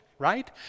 Right